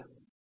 അവർ തൃപ്തരായോ